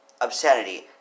obscenity